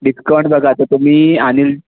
discount बघा आता तुम्ही अनिल